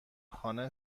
خانه